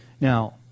Now